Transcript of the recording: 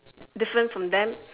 different from them